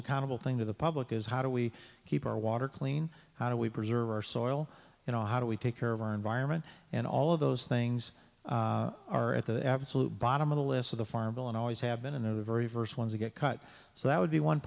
accountable thing to the public is how do we keep our water clean how do we preserve our soil you know how do we take care of our environment and all of those things are at the absolute bottom of the list of the farm bill and always have been in a very first one to get cut so that would be one